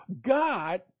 God